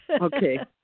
Okay